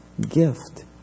gift